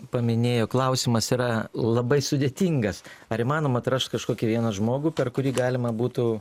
paminėjo klausimas yra labai sudėtingas ar įmanoma atrast kažkokį vieną žmogų per kurį galima būtų